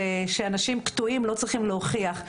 שאנשים קטועים לא צריכים להוכיח.